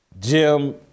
Jim